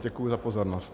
Děkuji za pozornost.